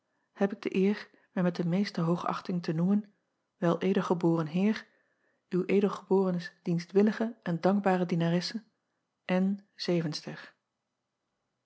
heb ik de eer mij met de meeste hoogachting te noemen el del eboren eer w d ebs dienstwillige en dankbare ienaresse evenster